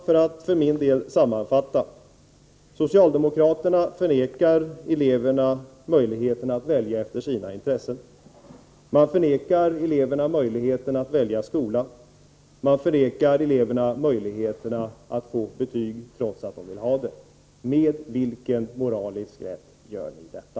För att för min del sammanfatta: Socialdemokraterna förvägrar eleverna möjligheten att välja efter sina intressen och möjligheten att välja skola. Man förvägrar också eleverna möjligheterna att få betyg, trots att de vill ha sådana. Med vilken moralisk rätt gör ni detta?